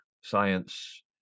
science